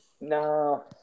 No